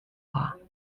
long